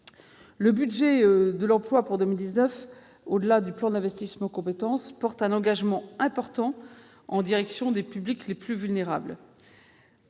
Le budget de l'emploi pour 2019, au-delà du plan d'investissement compétences, prévoit un engagement important en direction des publics les plus vulnérables.